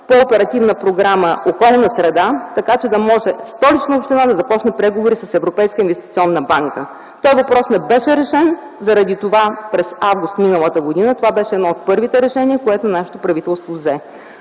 по Оперативна програма „Околна среда”, така че да може Столична община да започне преговори с Европейската инвестиционна банка. Този въпрос не беше решен. Заради това през м. август миналата година това беше едно от първите решения, което нашето правителство взе